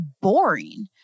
boring